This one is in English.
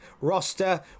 roster